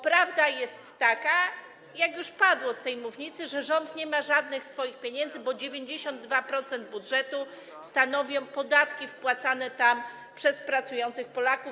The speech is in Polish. Prawda jest taka, jak już padło z tej mównicy, że rząd nie ma żadnych swoich pieniędzy, bo 92% budżetu stanowią podatki wpłacane tam przez pracujących Polaków.